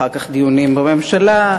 אחר כך דיונים בממשלה,